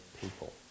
people